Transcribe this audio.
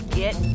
get